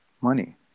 money